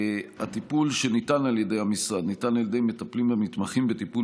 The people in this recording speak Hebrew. הטיפול שניתן על ידי המשרד ניתן על ידי מטפלים המתמחים בטיפול